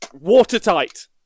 watertight